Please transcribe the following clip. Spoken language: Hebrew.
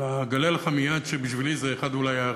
אגלה לכם מייד שבשבילי זה אולי אחד